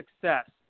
success